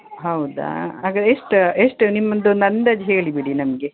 ಹೌದಾ ಹಾಗಾದ್ರೆ ಎಷ್ಟು ಎಷ್ಟು ನಿಮ್ಮದೊಂದು ಅಂದಾಜು ಹೇಳಿಬಿಡಿ ನನಗೆ